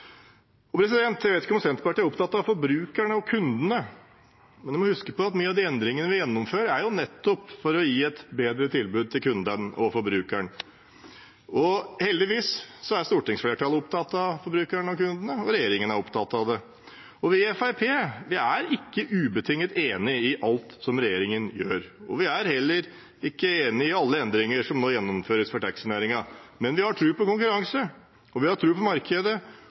blir reell. Jeg vet ikke om Senterpartiet er opptatt av forbrukerne og kundene. Vi må huske på at mange av de endringene vi gjennomfører, nettopp er for å gi et bedre tilbud til kunden og forbrukeren. Heldigvis er stortingsflertallet opptatt av forbrukerne og kundene, og regjeringen er opptatt av dem. Vi i Fremskrittspartiet er ikke ubetinget enig i alt som regjeringen gjør. Vi er heller ikke enig i alle endringer som nå gjennomføres for taxinæringen, men vi har tro på konkurranse, og vi har tro på markedet.